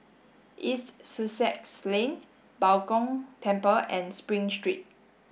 East Sussex Lane Bao Gong Temple and Spring Street